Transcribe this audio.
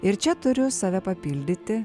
ir čia turiu save papildyti